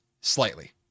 slightly